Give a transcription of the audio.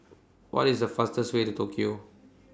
What IS The fastest Way to Tokyo